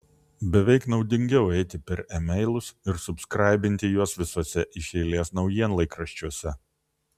beveik naudingiau eiti per emailus ir subskraibinti juos visuose iš eilės naujienlaikraščiuose